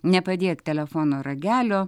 nepadėk telefono ragelio